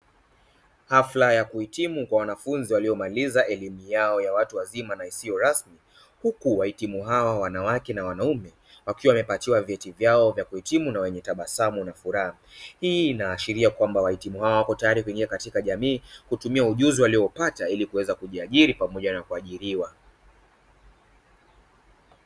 Hafla ya kuhitimu kwa wanafunzi waliomaliza elimu yao ya watu wazima na isiyo rasmi, huku wahitimu hao wanawake na wanaume wakiwa wamepatiwa vyeti vyao vya kuhitimu na wenye tabasamu na furaha. Hii inaashiria kwamba wahitimu hao wako tayari kuingia katika jamii kutumia ujuzi walioupata ili kuweza kujiajiri na kuajiriwa.